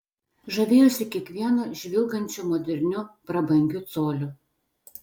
žavėjausi kiekvienu žvilgančiu moderniu prabangiu coliu